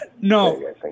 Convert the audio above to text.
No